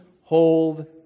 hold